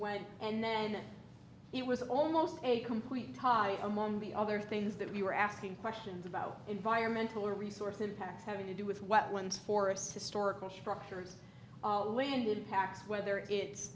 went and then it was almost a complete tie among the other things that we were asking questions about environmental resource impacts having to do with wet ones forests historical structures and pacts whether it's